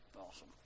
Awesome